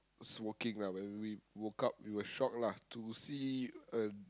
smoking lah when we woke up we were shock lah to see a